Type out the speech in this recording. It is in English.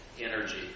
energy